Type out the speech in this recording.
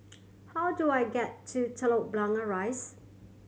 how do I get to Telok Blangah Rise